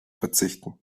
verzichten